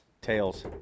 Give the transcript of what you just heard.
tails